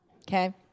Okay